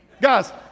Guys